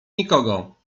nikogo